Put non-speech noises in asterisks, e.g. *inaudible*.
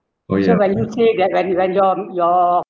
*noise* so when you said that when it when your your